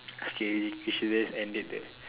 okay we we should just end it there